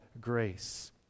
grace